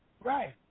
Right